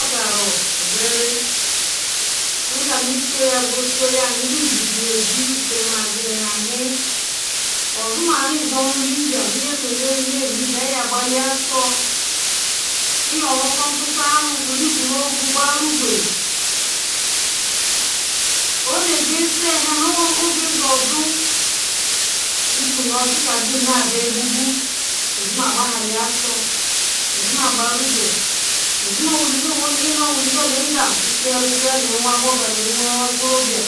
Ogaruzi mgan isoyaguso ya ahindun jugu yeji ozi arom izi oroli iye pakwuolu iye kbali aso iyo ronko ntuto aron iyo kweri igurogu kpa rokwen ona geshainu oweron nboru oge yodu ochi nu ikwun yo obua ibubu izima kpalima so izima kpali rokwe izima owolizi gal nbo ibo nwo okorobia